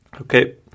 Okay